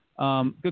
Good